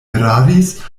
eraris